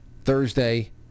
Thursday